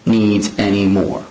needs any more